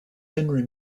henry